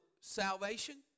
salvation